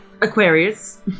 Aquarius